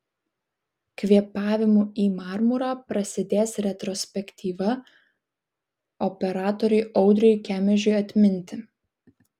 kvėpavimu į marmurą prasidės retrospektyva operatoriui audriui kemežiui atminti